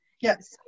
Yes